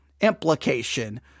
implication